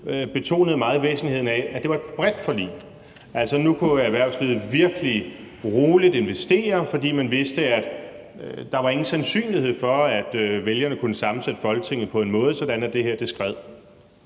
betonede væsentligheden af, at det var et bredt forlig, altså at erhvervslivet nu roligt kunne investere, fordi man vidste, at der ikke var nogen sandsynlighed for, at vælgerne kunne sammensætte Folketinget på en måde, så det her ville